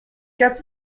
quatre